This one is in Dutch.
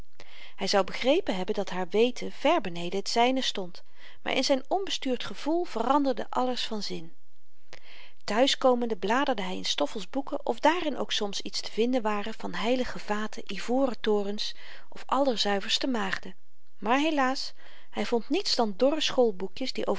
hy zou begrepen hebben dat haar weten ver beneden t zyne stond maar in zyn onbestuurd gevoel veranderde alles van zin thuiskomende bladerde hy in stoffel's boeken of daarin ook soms iets te vinden ware van heilige vaten ivoren torens of allerzuiverste maagden maar helaas hy vond niets dan dorre schoolboekjes die